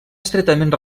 estretament